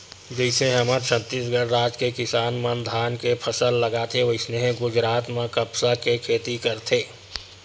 जइसे हमर छत्तीसगढ़ राज के किसान मन धान के फसल लगाथे वइसने गुजरात म कपसा के खेती करथे